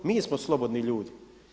Mi smo slobodni ljudi.